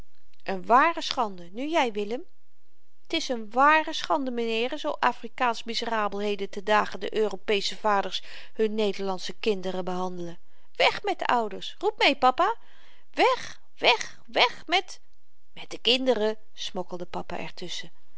n ware schande nu jy willem t is n ware schande m'nheeren zoo afrikaans miserabel heden ten dage de europesche vaders hun nederlandsche kinderen behandelen weg met de ouders roep mee papa weg weg weg met met de kinderen smokkelde papa